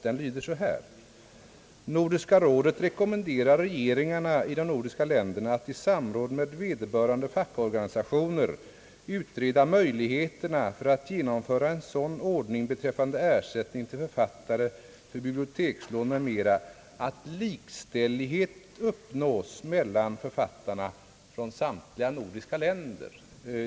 Den lyder: »att Nordiska rådet måtte rekommendera regeringarna i de nordiska länderna att i samråd med vederbörande fackorganisationer utreda möjligheterna för att genomföra en sådan ordning beträffande ersättning till författare för bibliotekslån m.m., att likställighet uppnås mellan författare från samtliga nordiska länder».